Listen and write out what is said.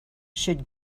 should